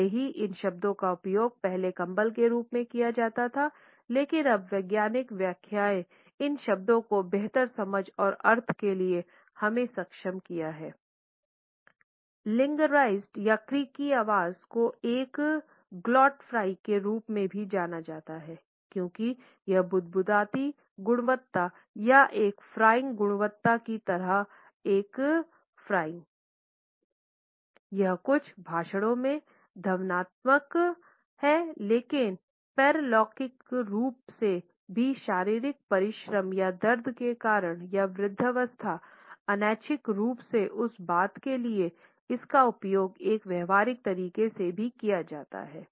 भले ही इन शब्दों का उपयोग पहले कम्बल के रूप में किया जाता था लेकिन अब वैज्ञानिक व्याख्याएँ इन शब्दों की बेहतर समझ और अर्थ के लिए हमें सक्षम किया है